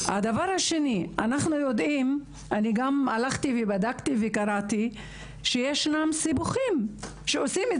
דבר שני, בדקתי וקראתי שישנם סיבוכים, שעושים את